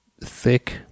Thick